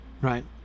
right